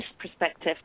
perspective